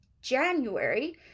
january